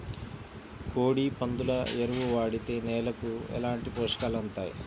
కోడి, పందుల ఎరువు వాడితే నేలకు ఎలాంటి పోషకాలు అందుతాయి